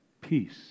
peace